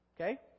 Okay